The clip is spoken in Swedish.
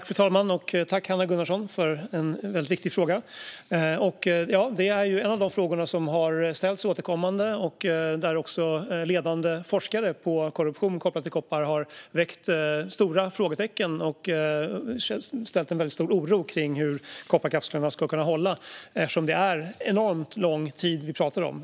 Fru talman! Tack, Hanna Gunnarsson, för en väldigt viktig fråga! Detta är en av de frågor som har ställts återkommande och där också ledande forskare på korrosion kopplat till koppar har rest stora frågetecken och uttryckt stor oro för hur kopparkapslarna ska kunna hålla. Det är ju enormt lång tid vi pratar om.